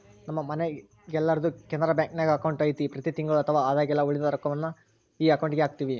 ನಮ್ಮ ಮನೆಗೆಲ್ಲರ್ದು ಕೆನರಾ ಬ್ಯಾಂಕ್ನಾಗ ಅಕೌಂಟು ಐತೆ ಪ್ರತಿ ತಿಂಗಳು ಅಥವಾ ಆದಾಗೆಲ್ಲ ಉಳಿದ ರೊಕ್ವನ್ನ ಈ ಅಕೌಂಟುಗೆಹಾಕ್ತಿವಿ